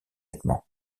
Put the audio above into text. vêtements